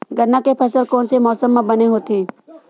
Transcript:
गन्ना के फसल कोन से मौसम म बने होथे?